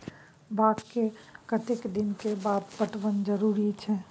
बाग के कतेक दिन के बाद पटवन जरूरी छै?